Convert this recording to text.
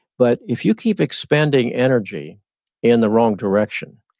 but if you keep expending energy in the wrong direction,